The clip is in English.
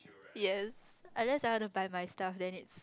yes I just decided to buy my stuff then it's